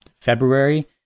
February